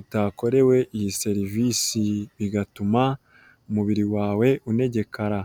utakorewe iyi serivisi bigatuma umubiri wawe unegekara.